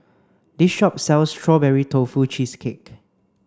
this shop sells strawberry tofu cheesecake